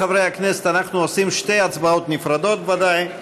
חברי הכנסת, אנחנו עושים שתי הצבעות נפרדות, ודאי.